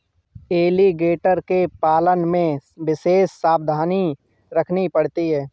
alligator के पालन में विशेष सावधानी रखनी पड़ती है